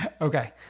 Okay